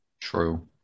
True